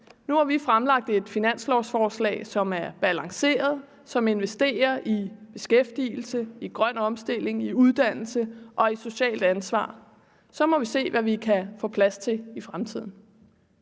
Nu har vi fremlagt et finanslovsforslag, som er balanceret, og som investerer i beskæftigelse, i grøn omstilling, i uddannelse og i socialt ansvar, så må vi se, hvad vi kan få plads til i fremtiden.